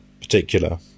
particular